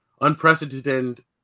unprecedented